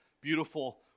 beautiful